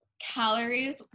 calories